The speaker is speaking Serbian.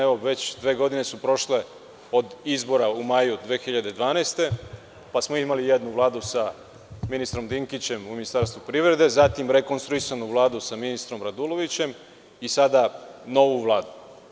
Evo već dve godine su prošle od izbora u maju 2012. godine, pa smo imali jednu Vladu sa ministrom Dinkićem u Ministarstvu privrede, zatim rekonstruisanu Vladu sa ministrom Radulovićem i sada novu Vladu.